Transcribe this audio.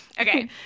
Okay